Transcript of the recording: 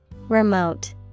Remote